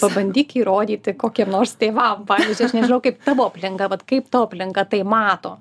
pabandyk įrodyti kokiem nors tėvam pavyzdžiui aš nežinau kaip tavo aplinka vat kaip tavo aplinka tai mato